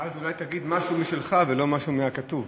ואז אולי תגיד משהו משלך ולא משהו מהכתוב.